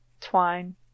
twine